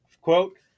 quote